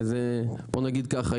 ובוא נגיד ככה,